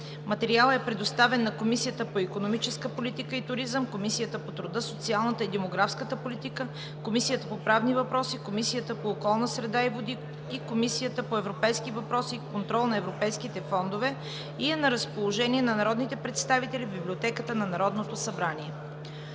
Материалът е предоставен на Комисията по икономическа политика и туризъм, Комисията по труда, социалната и демографската политика, Комисията по правни въпроси, Комисията по околна среда и води и Комисията по европейски въпроси и контрол на европейските фондове, и е на разположение на народните представители в Библиотеката на Народното събрание.